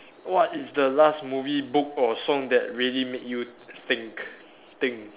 what is the last movie book or song that really make you think think